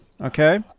Okay